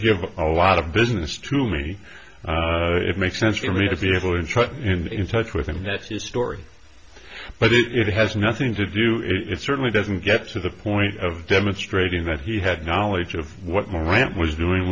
give a lot of business to me it makes sense for me to be able in charge in touch with him that story but it has nothing to do it certainly doesn't get to the point of demonstrating that he had knowledge of what my rant was doing